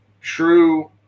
true